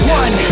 one